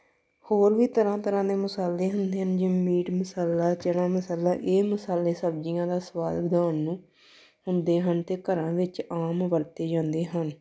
ਹੋਰ ਵੀ ਤਰ੍ਹਾਂ ਤਰ੍ਹਾਂ ਦੇ ਮਸਾਲੇ ਹੁੰਦੇ ਹਨ ਜਿਵੇਂ ਮੀਟ ਮਸਾਲਾ ਚਨਾ ਮਸਾਲਾ ਇਹ ਮਸਾਲੇ ਸਬਜ਼ੀਆਂ ਦਾ ਸਵਾਦ ਵਧਾਉਣ ਨੂੰ ਹੁੰਦੇ ਹਨ ਅਤੇ ਘਰਾਂ ਵਿੱਚ ਆਮ ਵਰਤੇ ਜਾਂਦੇ ਹਨ